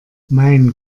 mein